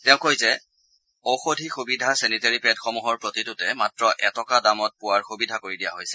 তেওঁ কয় যে ঔষধি সুবিধা চেনিটেৰি পেডসমূহৰ প্ৰতিটোতে মাত্ৰ এটকা দামত পোৱাৰ সুবিধা কৰি দিয়া হৈছে